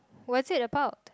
what's it about